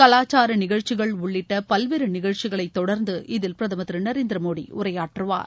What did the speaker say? கலாச்சார நிகழ்ச்சிகள் உள்ளிட்ட பல்வேறு நிகழ்ச்சிகளை தொடர்ந்து இதில் பிரதமர் திரு நரேந்திர மோடி உரையாற்றுவார்